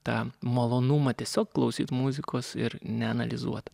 tą malonumą tiesiog klausyt muzikos ir neanalizuot